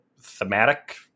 thematic